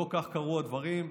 לא כך קרו הדברים,